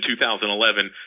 2011